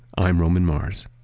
i'm roman mars